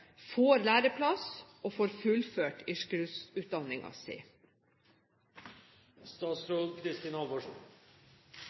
får læreplass og får fullført